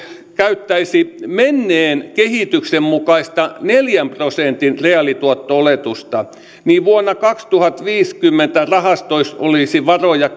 käyttäisi menneen kehityksen mukaista neljän prosentin reaalituotto oletusta niin vuonna kaksituhattaviisikymmentä rahastoissa olisi varoja